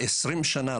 20 שנה,